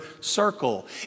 circle